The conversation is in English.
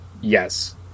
Yes